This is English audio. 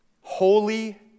holy